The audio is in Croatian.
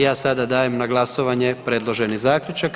Ja sada dajem na glasovanje predloženi zaključak.